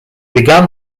began